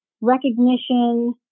recognition